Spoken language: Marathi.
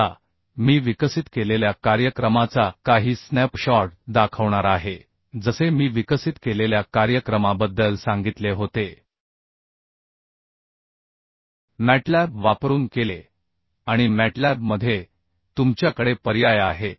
आता मी विकसित केलेल्या कार्यक्रमाचा काही स्नॅपशॉट दाखवणार आहे जसे मी विकसित केलेल्या कार्यक्रमाबद्दल सांगितले होते मॅटलॅब वापरून केले आणि मॅटलॅबमध्ये तुमच्याकडे पर्याय आहेत